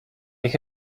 ich